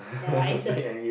ya lah it's a